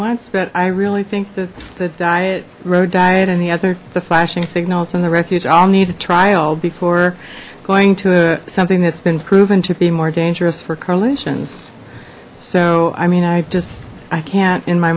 wants but i really think that the diet road diet and the other the flashing signals and the refuge all need a trial before going to a something that's been proven to be more dangerous for coalition's so i mean i just i can't in my